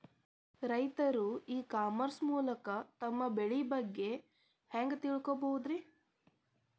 ರೈತರು e commerce ಮೂಲಕ ತಮ್ಮ ಬೆಳಿ ಬಗ್ಗೆ ಹ್ಯಾಂಗ ತಿಳ್ಕೊಬಹುದ್ರೇ?